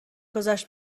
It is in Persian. گذشت